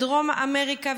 בדרום אמריקה,